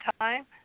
time